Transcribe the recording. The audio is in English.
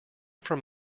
from